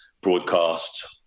broadcast